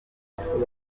ashimira